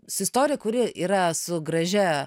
su istorija kuri yra su gražia